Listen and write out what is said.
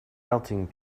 melting